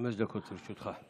חמש דקות לרשותך.